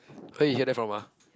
where you hear that from ah